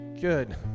Good